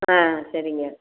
ஆ சரிங்க